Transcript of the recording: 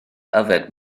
yfed